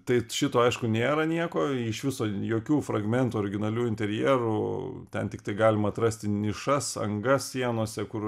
tai šito aišku nėra nieko iš viso jokių fragmentų originalių interjerų ten tiktai galima atrasti nišas angas sienose kur